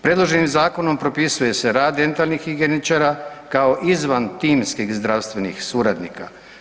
Predloženim zakonom propisuje se rad dentalnih higijeničara kao izvan timskih zdravstvenih suradnika.